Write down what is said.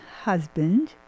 husband